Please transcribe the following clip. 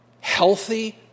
healthy